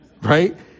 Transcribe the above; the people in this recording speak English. Right